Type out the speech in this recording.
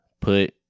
put